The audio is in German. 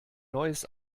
neues